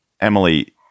Emily